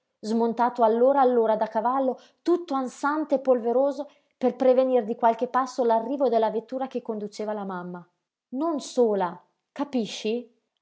smontato allora allora da cavallo tutto ansante e polveroso per prevenir di qualche passo l'arrivo della vettura che conduceva la mamma non sola capisci